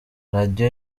radio